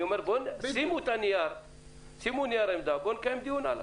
אני אומר שיגישו נייר עמדה ונקיים דיון אודותיו.